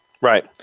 Right